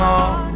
on